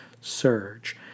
surge